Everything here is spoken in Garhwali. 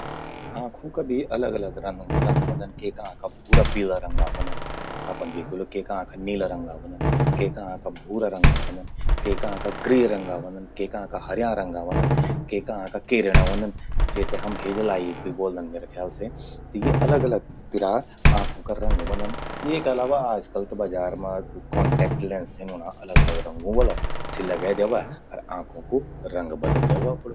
आंखूं का भी अलग अलग रंग रंग व्हंद। केका आंखा भूरा पीला रंगा व्हंदन। आपन द्येखि व्हलु केका आंखा नीला रंगा व्हंदन। केका आंखा भूरा रंगा व्हंदन, केका आंखा ग्रे रंगा व्हंदन, केका आंखा हर्यां रंगा व्हंदन, केका आंखा केरण्या व्हंदन, जेते हम हेज़ल आइज़ भी ब्वोलदन म्येरा ख्याल से। त यि अलग अलग तिरा आंखूं का रंग व्हंदन। येका अलावा त आजकल बजार मां कॉन्टेक्ट लैंस छिन ऊंणा अलग अलग रंगों वला। सी लगे द्यवा अर आंखों कू रंग बदल द्यवा अपणू।